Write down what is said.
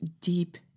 deep